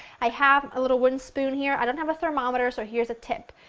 i have a little wooden spoon here, i don't have a thermometer, so here's a tip.